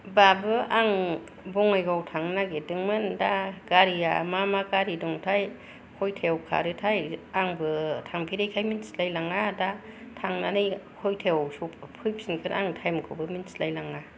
बाबु आं बङाइगाव थांनो नागिरदोंमोन दा गारिया मा मा गारि दंथाय खयतायाव खारोथाय आंबो थांफेरिखाय मिथिलाय लाङा दा थांनानै खयतायाव स फैफिनगोन आं थायमखौबो मिन्थिलायलाङा